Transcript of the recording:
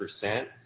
percent